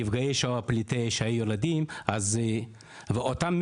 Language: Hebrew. ונפגעי השואה על ידי כך שיגדילו לכולם את